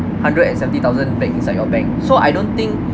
hundred and seventy thousand back inside your bank so I don't think